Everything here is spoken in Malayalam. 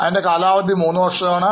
അതിൻറെ കാലാവധി മൂന്നു വർഷം ആണ്